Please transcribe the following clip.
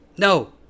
No